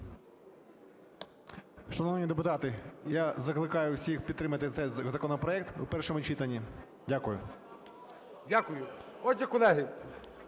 Дякую.